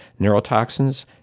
neurotoxins